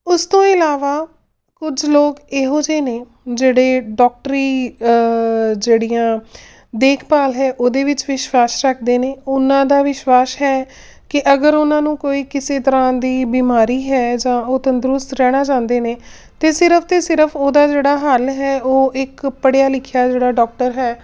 ਉਸ ਤੋਂ ਇਲਾਵਾ ਕੁਝ ਲੋਕ ਇਹੋ ਜਿਹੇ ਨੇ ਜਿਹੜੇ ਡੋਕਟਰੀ ਜਿਹੜੀਆਂ ਦੇਖਭਾਲ ਹੈ ਉਹਦੇ ਵਿੱਚ ਵਿਸ਼ਵਾਸ ਰੱਖਦੇ ਨੇ ਉਹਨਾਂ ਦਾ ਵਿਸ਼ਵਾਸ ਹੈ ਕਿ ਅਗਰ ਉਹਨਾਂ ਨੂੰ ਕੋਈ ਕਿਸੇ ਤਰ੍ਹਾਂ ਦੀ ਬਿਮਾਰੀ ਹੈ ਜਾਂ ਉਹ ਤੰਦਰੁਸਤ ਰਹਿਣਾ ਚਾਹੁੰਦੇ ਨੇ ਤਾਂ ਸਿਰਫ਼ ਅਤੇ ਸਿਰਫ਼ ਉਹਦਾ ਜਿਹੜਾ ਹੱਲ ਹੈ ਉਹ ਇੱਕ ਪੜ੍ਹਿਆ ਲਿਖਿਆ ਜਿਹੜਾ ਡਾਕਟਰ ਹੈ